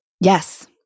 Yes